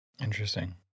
Interesting